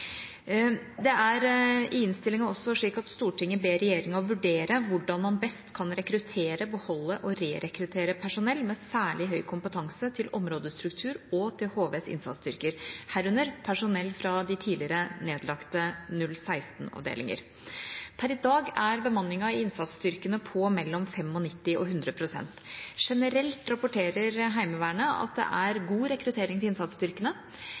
i innstillinga regjeringa vurdere hvordan man best kan rekruttere, beholde og rerekruttere personell med særlig høy kompetanse til områdestruktur og til HVs innsatsstyrker, herunder personell fra de tidligere nedlagte 016-avdelinger. Per i dag er bemanninga i innsatsstyrkene på mellom 95 og 100 pst. Generelt rapporterer Heimevernet at det er god rekruttering til innsatsstyrkene.